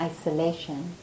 isolation